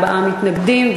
ארבעה מתנגדים,